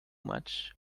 much